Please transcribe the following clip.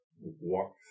walk